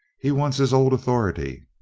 he wants his old authority.